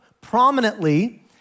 prominently